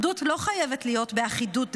אחדות לא חייבת להיות באחידות דעות,